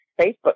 Facebook